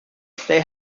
they